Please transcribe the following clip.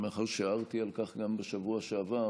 מאחר שהערתי על כך גם בשבוע שעבר: